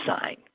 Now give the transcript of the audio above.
sign